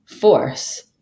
force